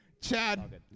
Chad